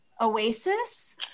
Oasis